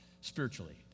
spiritually